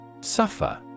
Suffer